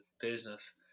business